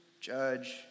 judge